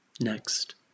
Next